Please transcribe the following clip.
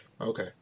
Okay